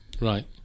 Right